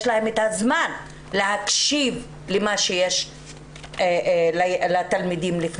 להן הזמן להקשיב למה שיש לתלמידים לומר